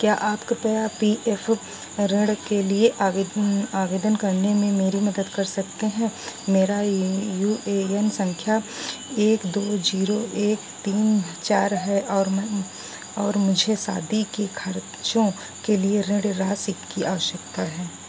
क्या आप कृपया पी एफ़ ऋण के लिए आवेदन आवेदन करने में मेरी मदद कर सकते हैं मेरा यू ए एन सँख्या एक दो जीरो एक तीन चार है और और मुझे शादी के खर्चों के लिए ऋण राशि की आवश्यकता है